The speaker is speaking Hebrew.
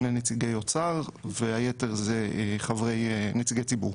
נציג אוצר ושבעה נציגי ציבור.